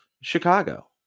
Chicago